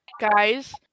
guys